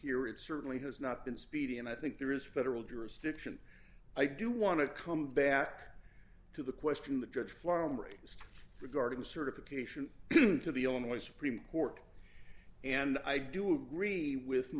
here it certainly has not been speedy and i think there is federal jurisdiction i do want to come back to the question that judge flarm raised regarding certification to the illinois supreme court and i do agree with